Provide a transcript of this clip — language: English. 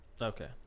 Okay